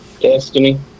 Destiny